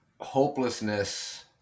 hopelessness